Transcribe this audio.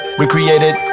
recreated